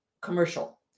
commercial